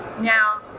now